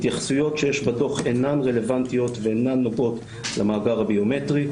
התייחסויות שיש בדוח אינן רלוונטיות ואינן נוגעות למאגר הביומטרי.